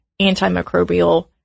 antimicrobial